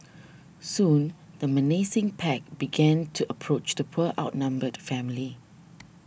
soon the menacing pack began to approach the poor outnumbered family